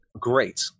Great